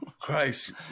Christ